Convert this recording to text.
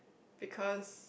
because